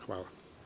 Hvala.